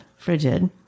frigid